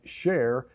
share